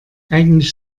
eigentlich